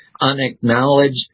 unacknowledged